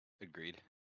Agreed